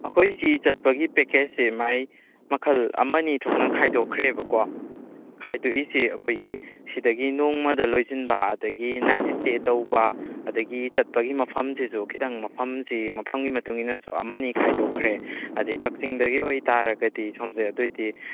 ꯑꯩꯈꯣꯏꯁꯤ ꯆꯠꯄꯒꯤ ꯄꯦꯀꯦꯖꯁꯦ ꯃꯥꯏ ꯃꯈꯜ ꯑꯃ ꯅꯤ ꯊꯣꯛꯅ ꯈꯥꯏꯗꯣꯛꯈ꯭ꯔꯦꯕꯀꯣ ꯈꯥꯏꯗꯣꯛꯏꯁꯤ ꯑꯩꯈꯣꯏꯒꯤ ꯁꯤꯗꯒꯤ ꯅꯣꯡꯃꯗ ꯂꯣꯏꯁꯤꯟꯕ ꯑꯗꯒꯤ ꯅꯥꯏꯠ ꯏꯁꯇꯦ ꯇꯧꯕ ꯑꯗꯒꯤ ꯆꯠꯄꯒꯤ ꯃꯐꯝꯁꯤꯁꯨ ꯈꯤꯇꯪ ꯃꯐꯝꯁꯤ ꯃꯐꯝꯒꯤ ꯃꯇꯨꯡ ꯏꯟꯅꯁꯨ ꯑꯃ ꯅꯤ ꯈꯥꯏꯗꯣꯛꯈ꯭ꯔꯦ ꯑꯗꯩ ꯀꯛꯆꯤꯡꯗꯒꯤ ꯑꯣꯏꯇꯥꯔꯒꯗꯤ ꯁꯣꯝꯁꯦ ꯑꯗꯨ ꯑꯣꯏꯗꯤ